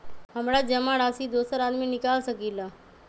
हमरा जमा राशि दोसर आदमी निकाल सकील?